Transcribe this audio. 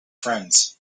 friends